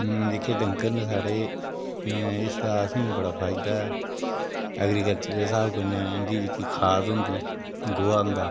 जेह्के डंगर न साढ़े इस दा असेंगी बड़ा फायदा ऐ ऐग्रीकल्चर दे स्हाब कन्नै खाद होंदी गोहा होंदा